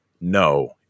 No